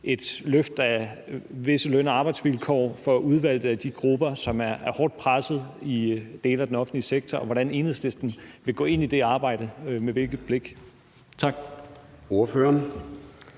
et løft af visse løn- og arbejdsvilkår for udvalgte af de grupper, som er hårdt presset i dele af den offentlige sektor, og hvordan Enhedslisten vil gå ind i det arbejde, altså med hvilket blik. Kl.